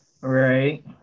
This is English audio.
Right